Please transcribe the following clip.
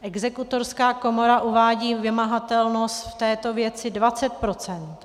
Exekutorská komora uvádí vymahatelnost v této věci 20 %.